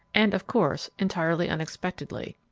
and, of course, entirely unexpectedly.